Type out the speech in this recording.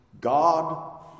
God